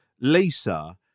Lisa